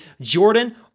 Jordan